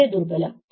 വളരെ ദുർബലം